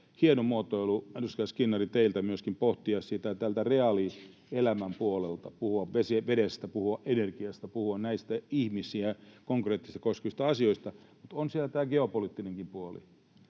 Hieno muotoilu, edustaja Skinnari, teiltä myöskin pohtia sitä reaalielämän puolelta — puhua vedestä, puhua energiasta, puhua näistä ihmisiä konkreettisesti koskevista asioista — mutta on siellä tämä geopoliittinenkin puoli.